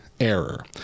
error